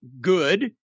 good